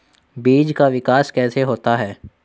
बीज का विकास कैसे होता है?